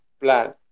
plan